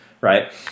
Right